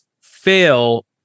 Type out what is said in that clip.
fail